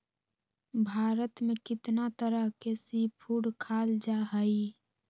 भारत में कितना तरह के सी फूड खाल जा हई